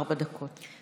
ארבע דקות.